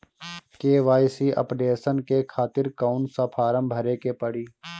KYC updation के खातिर कौन सा फारम भरे के पड़ी?